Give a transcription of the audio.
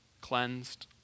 cleansed